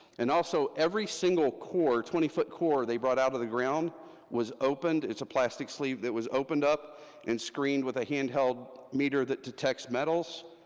and also, every single core, twenty foot core they brought out of the ground was opened, it's a plastic sleeve that was opened up and screened with a handheld meter that detects metals,